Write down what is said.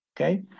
Okay